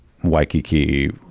Waikiki